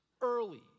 early